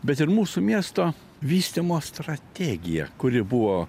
bet ir mūsų miesto vystymo strategiją kuri buvo